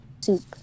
soup